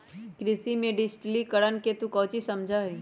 कृषि में डिजिटिकरण से तू काउची समझा हीं?